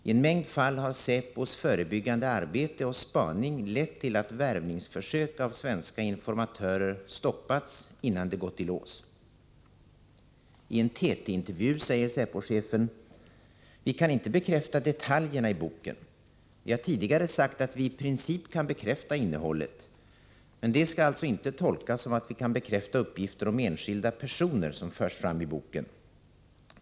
I en mängd fall har Säpos förebyggande arbete och spaning lett till att värvningsförsök av svenska informatörer stoppats innan de gått i lås.” I en TT-intervju säger säpo-chefen: ”Vi kan inte bekräfta detaljerna i boken. Vi har tidigare sagt att vi i princip kan bekräfta innehållet. Men det skall alltså inte tolkas som att vi kan bekräfta uppgifter om enskilda personer som förs fram i boken.